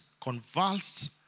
convulsed